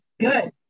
Good